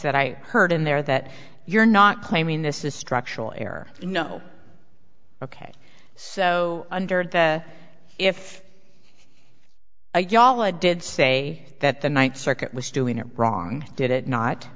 that i heard in there that you're not claiming this is structural error you know ok so under the if you all a did say that the ninth circuit was doing it wrong did it not